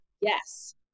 Yes